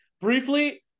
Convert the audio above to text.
Briefly